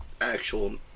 actual